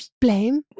Blame